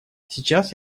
сейчас